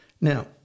Now